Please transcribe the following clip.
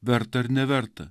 verta ar neverta